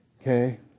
Okay